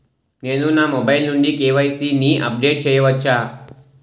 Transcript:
నేను నా మొబైల్ నుండి కే.వై.సీ ని అప్డేట్ చేయవచ్చా?